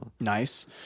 Nice